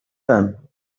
them